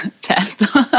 Certo